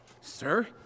Sir